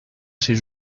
chez